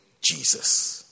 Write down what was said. Jesus